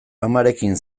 amarekin